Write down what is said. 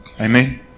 Amen